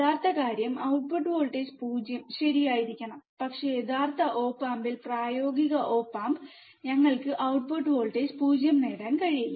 യഥാർത്ഥ കാര്യം output voltage 0 ശരിയായിരിക്കണം പക്ഷേ യഥാർത്ഥ ഒപ് ആമ്പിൽ പ്രായോഗിക ഓപ് ആമ്പ് ഞങ്ങൾക്ക് ഔട്ട്പുട്ട് വോൾട്ടേജ് 0 നേടാൻ കഴിയില്ല